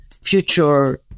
future